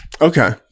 Okay